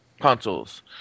consoles